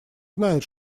знают